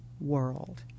World